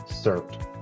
served